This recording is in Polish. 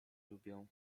lubią